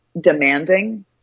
demanding